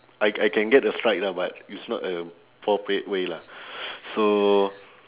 I I can get a strike lah but it's not appropriate way lah so